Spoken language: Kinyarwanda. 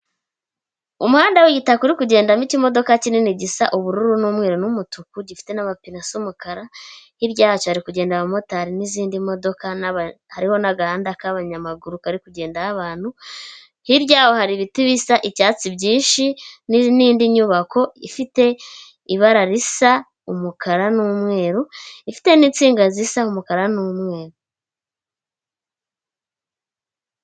Umahanda w'igitaka uri kugendamo ikimodoka kinini gisa ubururu n'umweru n'umutuku gifite n'amapine asa umukara, hirya yacyo hari kugenda abamotari n'izindi modoka hariho n'agahandada k'abanyamaguru kari kugendaho abantu, hirya yaho hari ibiti bisa icyatsi byinshi n'indi nyubako, ifite ibara risa umukara n'umweru ifite n'intsinga zisa umukara n'umweru.